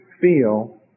feel